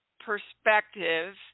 perspective